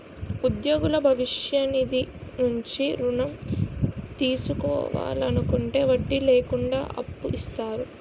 ఉద్యోగులు భవిష్య నిధి నుంచి ఋణం తీసుకోవాలనుకుంటే వడ్డీ లేకుండా అప్పు ఇస్తారు